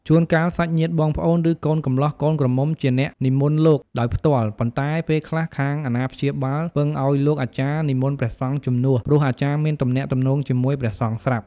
ជួនកាលសាច់ញាតិបងប្អូនឬកូនកម្លោះកូនក្រមុំជាអ្នកនិមន្តលោកដោយផ្ទាល់ ប៉ុន្តែពេលខ្លះខាងអាណាព្យាបាលពឹងឱ្យលោកអាចារ្យនិមន្តព្រះសង្ឃជំនួស ព្រោះអាចារ្យមានទំនាក់ទំនងជាមួយព្រះសង្ឃស្រាប់។